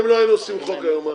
אם לא היינו עושים חוק היום?